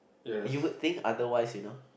you would think otherwise you know